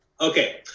Okay